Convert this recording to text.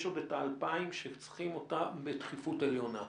יש עוד את ה-2,000 שצריכים אותם בדחיפות עליונה.